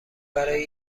برای